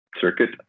circuit